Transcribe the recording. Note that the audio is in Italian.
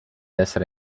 essere